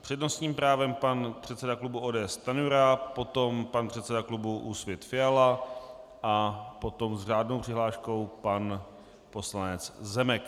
S přednostním právem pan předseda klubu ODS Stanjura, potom pan předseda klubu Úsvit Fiala a potom s řádnou přihláškou pan poslanec Zemek.